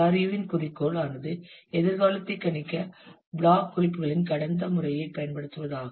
யுவின் குறிக்கோள் ஆனது எதிர்காலத்தை கணிக்க பிளாக் குறிப்புகளின் கடந்த முறையைப் பயன்படுத்துவதாகும்